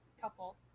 couple